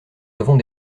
avons